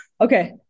Okay